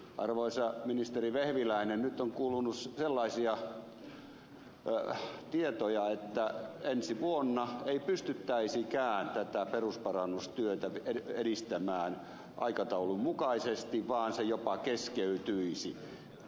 arvoisa ministeri vehviläinen nyt on kuulunut sellaisia tietoja että ensi vuonna ei pystyttäisikään tätä perusparannustyötä edistämään aikataulun mukaisesti vaan se jopa keskeytyisi